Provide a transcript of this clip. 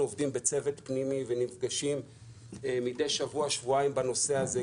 אנחנו עובדים בצוות פנימי ונפגשים מדי שבוע-שבועיים בנושא הזה,